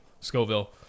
Scoville